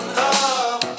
love